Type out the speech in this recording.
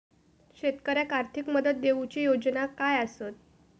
शेतकऱ्याक आर्थिक मदत देऊची योजना काय आसत?